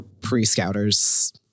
pre-scouters